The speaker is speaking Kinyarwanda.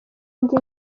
indi